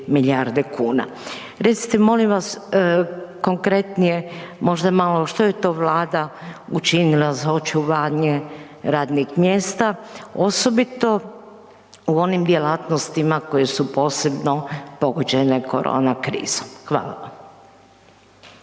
milijarde kuna. Recite molim vas konkretnije možda malo što je to Vlada učinila za očuvanje radnih mjesta osobito u onim djelatnostima koje su posebno pogođene korona krizom. Hvala.